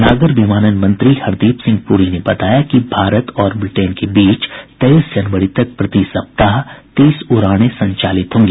नागर विमानन मंत्री हरदीप सिंह पूरी ने बताया कि भारत और ब्रिटेन के बीच तेईस जनवरी तक प्रति सप्ताह तीस उड़ानें संचालित होंगी